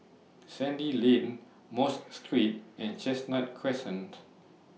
Sandy Lane Mosque Street and Chestnut Crescent